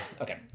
Okay